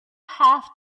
have